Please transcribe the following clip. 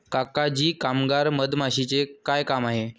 काका जी कामगार मधमाशीचे काय काम आहे